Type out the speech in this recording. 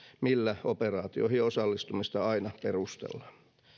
millä operaatioihin osallistumista aina perustellaan